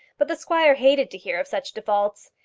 but the squire hated to hear of such defaults.